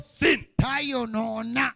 sin